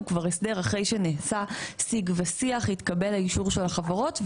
הוא כבר הסדר אחרי שנעשה סיג ושיח והתקבל האישור של החברות.